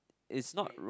is not wrong